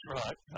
right